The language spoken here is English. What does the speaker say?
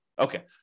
Okay